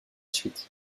suite